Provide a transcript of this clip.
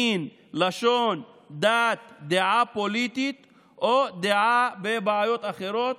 מין, לשון, דת, דעה פוליטית או דעה בסוגיות אחרות,